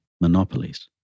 monopolies